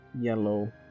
yellow